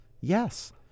Yes